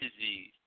disease